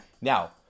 Now